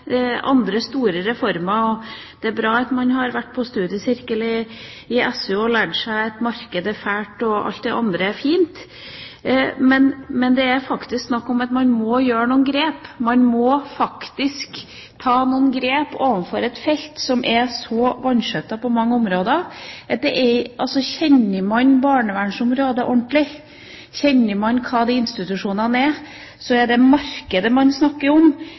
andre store reformer, og det er bra at man har vært på studiesirkel i SU og lært seg at marked er fælt og alt det andre er fint, men det er faktisk snakk om at man må ta noen grep. Man må faktisk ta noen grep overfor et felt som er vanskjøttet på mange områder. Kjenner man barnevernsområdet ordentlig, kjenner man hva de institusjonene er, vet man at det markedet man snakker om,